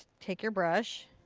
take your brush.